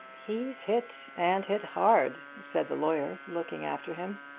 he's hit, and hit hard, said the lawyer, looking after him.